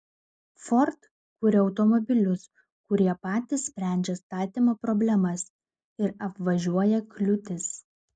ford kuria automobilius kurie patys sprendžia statymo problemas ir apvažiuoja kliūtis